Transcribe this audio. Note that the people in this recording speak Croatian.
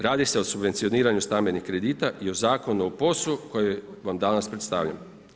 Radi se o subvencioniranju stambenih kredita i o Zakonu o POS-u koji vam danas predstavljam.